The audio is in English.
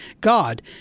God